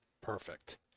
perfect